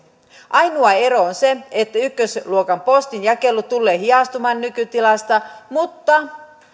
ainoa ero on se että ykkösluokan postin jakelu tulee hidastumaan nykytilasta mutta